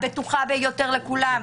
הבטוחה ביותר לכולם.